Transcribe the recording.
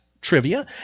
trivia